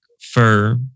fur